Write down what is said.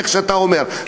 איך שאתה אומר.